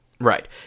Right